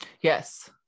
Yes